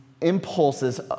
impulses